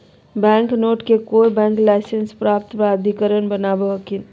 bank note के कोय bank licence प्राप्त प्राधिकारी बनावो हखिन